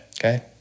Okay